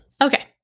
Okay